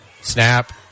Snap